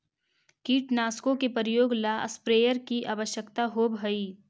कीटनाशकों के प्रयोग ला स्प्रेयर की आवश्यकता होव हई